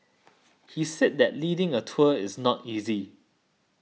he said that leading a tour is not easy